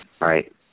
right